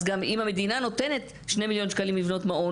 אז גם אם המדינה נותנת שני מיליון שקלים לבנות מעון